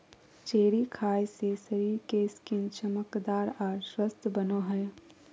cherry खाय से शरीर के स्किन चमकदार आर स्वस्थ बनो हय